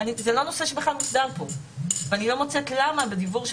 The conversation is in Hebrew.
זה לא נושא שמוסדר כאן ואני לא מוצאת למה בדיוור של